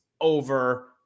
over